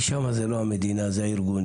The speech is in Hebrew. כי שם זה לא המדינה, זה הארגונים.